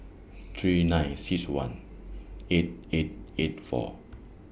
three nine six one eight eight eight four